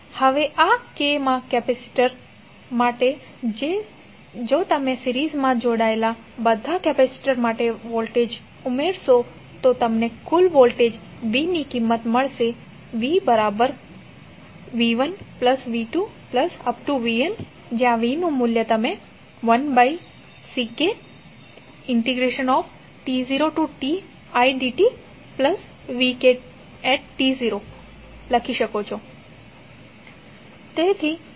હવે આ k મા કેપેસિટર માટે છે જો તમે સિરીઝમાં જોડાયેલા બધા કેપેસિટર માટે વોલ્ટેજ ઉમેરશો તો તમને કુલ વોલ્ટેજ v ની કિંમત v1C1t0tidtv11C2t0tidtv21Cnt0tidtvn મળશે